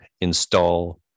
install